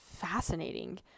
fascinating